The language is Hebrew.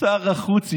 שר החוץ אישר.